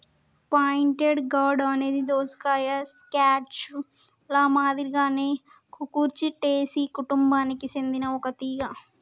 pointed gourd అనేది దోసకాయ, squash ల మాదిరిగానే కుకుర్చిటేసి కుటుంబానికి సెందిన ఒక తీగ